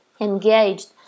engaged